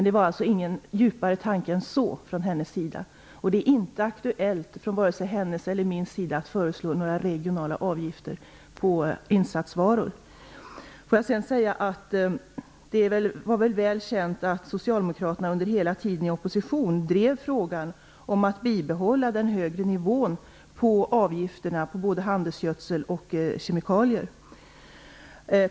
Det var alltså ingen djupare tanke från hennes sida. Det är inte aktuellt, vare sig från hennes sida eller min, att föreslå några regionala avgifter på insatsvaror. Låt mig sedan säga att det är väl känt att socialdemokraterna under hela tiden i opposition drev frågan om att bibehålla den högre nivån på avgifterna på både handelsgödsel och kemikalier.